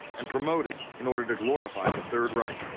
and promoted in order to glorify the third reich.